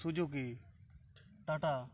Suzuki tata